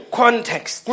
context